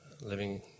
living